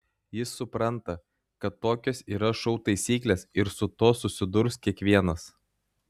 jis supranta kad tokios yra šou taisyklės ir su tuo susidurs kiekvienas